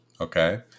Okay